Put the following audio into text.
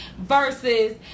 versus